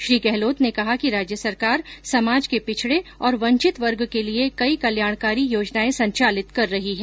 श्री गहलोत ने कहा कि राज्य सरकार समाज के पिछड़े और वंचित वर्ग के लिये कई कल्याणकारी योजनायें संचालित कर रही है